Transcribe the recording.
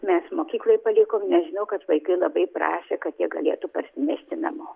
mes mokyklai palikom nes žinau kad vaikai labai prašė kad jie galėtų parsinešti namo